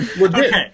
Okay